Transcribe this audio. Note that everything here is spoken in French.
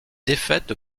défaite